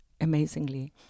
amazingly